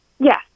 Yes